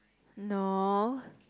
no